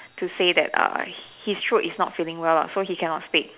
to say that uh his throat is not feeling well lah so he cannot speak